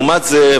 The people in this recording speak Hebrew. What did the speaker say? לעומת זאת,